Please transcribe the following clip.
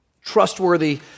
trustworthy